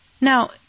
Now